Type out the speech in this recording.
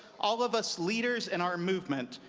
all of us leaders in our movement,